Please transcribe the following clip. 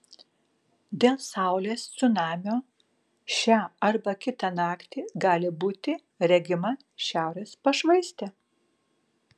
dėl saulės cunamio šią arba kitą naktį gali būti regima šiaurės pašvaistė